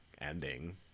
ending